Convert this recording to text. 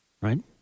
right